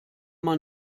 man